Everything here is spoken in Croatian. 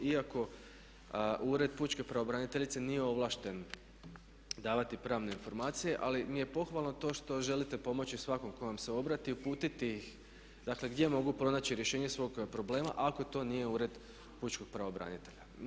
Iako Ured pučke pravobraniteljice nije ovlašten davati pravne informacije, ali mi je pohvalno to što želite pomoći svakom tko vam se obrati, uputiti ih, dakle gdje mogu pronaći rješenje svog problema ako to nije ured Pučkog pravobranitelja.